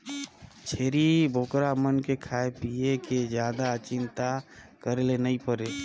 छेरी बोकरा मन के खाए पिए के जादा चिंता करे ले नइ परे